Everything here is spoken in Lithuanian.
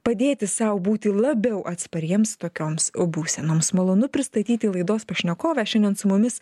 padėti sau būti labiau atspariems tokioms būsenoms malonu pristatyti laidos pašnekovė šiandien su mumis